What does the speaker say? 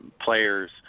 players